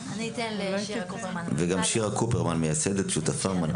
אני חושב שגם נציגי האוצר, שמסתכלים על התחשיב